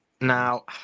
now